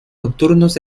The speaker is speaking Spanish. nocturnos